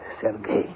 Sergei